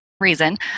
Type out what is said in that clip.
reason